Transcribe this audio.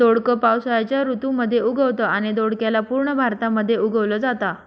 दोडक पावसाळ्याच्या ऋतू मध्ये उगवतं आणि दोडक्याला पूर्ण भारतामध्ये उगवल जाता